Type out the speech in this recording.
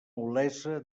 olesa